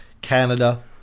Canada